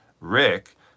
rick